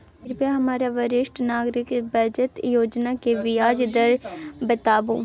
कृपया हमरा वरिष्ठ नागरिक बचत योजना के ब्याज दर बताबू